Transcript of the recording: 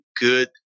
good